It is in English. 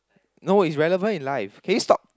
no is relevant in life can you stop